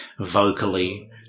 vocally